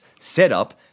setup